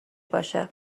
باشه